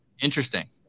Interesting